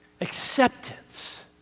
Acceptance